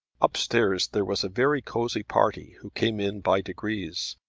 up-stairs there was a very cosy party who came in by degrees.